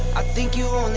i think you,